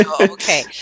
okay